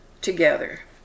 together